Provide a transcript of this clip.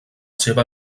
seva